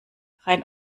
rein